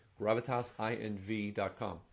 gravitasinv.com